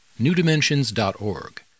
newdimensions.org